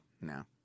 no